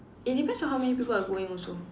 it depends on how many people are going also